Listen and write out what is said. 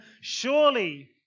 surely